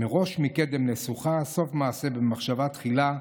מראש מקדם נסוכה / סוף מעשה במחשבה תחילה".